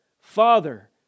Father